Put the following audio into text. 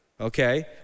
Okay